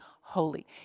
holy